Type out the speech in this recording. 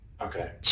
Okay